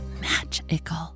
magical